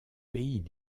pays